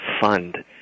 fund